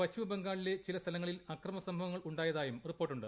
പശ്ചിമബംഗാളിലെ ചില സ്ഥലങ്ങളിൽ അക്രമസംഭവങ്ങൾ ഉണ്ടായതായും റിപ്പോർട്ടുണ്ട്